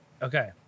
Okay